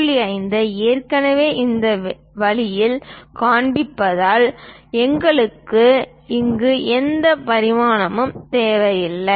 5 ஐ ஏற்கனவே இந்த வழியில் காண்பிப்பதால் எங்களுக்கு இங்கு எந்த பரிமாணமும் தேவையில்லை